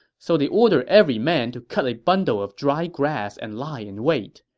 so they ordered every man to cut a bundle of dry grass and lie in wait.